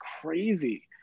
crazy